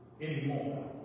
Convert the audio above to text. anymore